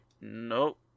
nope